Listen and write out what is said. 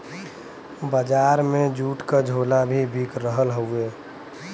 बजार में जूट क झोला भी बिक रहल हउवे